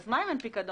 אז מה אם אין פיקדון?